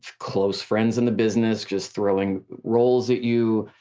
close friends in the business just throwing roles at you,